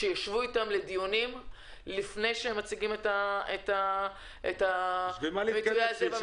שיישבו איתם לדיונים לפני שהם מציגים את המתווה הזה.